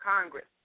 Congress